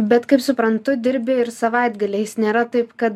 bet kaip suprantu dirbi ir savaitgaliais nėra taip kad